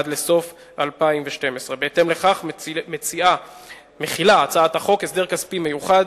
עד סוף 2012. בהתאם לכך הצעת החוק מכילה הסדר כספי מיוחד,